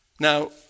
Now